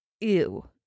Ew